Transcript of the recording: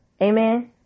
Amen